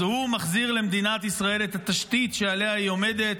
אז הוא מחזיר למדינת ישראל את התשתית שעליה היא עומדת,